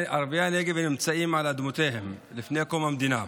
נמצאים על אדמותיהם מלפני קום המדינה.